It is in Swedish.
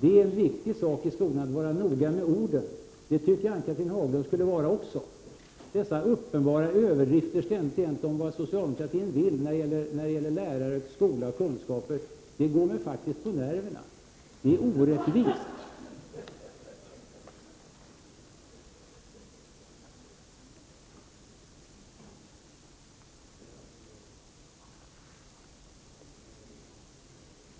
Det är en viktig sak i skolan att vara noga med orden, och det tycker jag att Ann-Cathrine Haglund också borde vara. Dessa uppenbara överdrifter ständigt och jämt om vad socialdemokraterna vill när det gäller lärare, skola och kunskaper går mig faktiskt på nerverna. Det är orättvist!